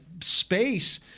space